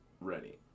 ready